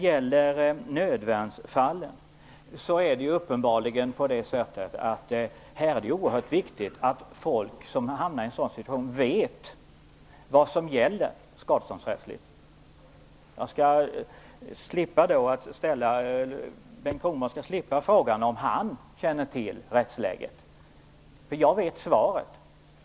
I nödvärnsfallen är det oerhört viktigt att människor som har hamnat i en sådan situation vet vad som gäller skadeståndsrättsligt. Bengt Kronblad skall slippa frågan om han känner till rättsläget. Jag vet svaret.